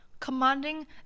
commanding